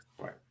Right